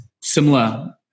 similar